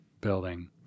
building